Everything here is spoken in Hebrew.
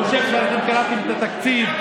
חושב שקראתם את התקציב,